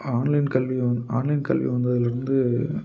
online கல்வியை வந் online கல்வி வந்ததுலேருந்து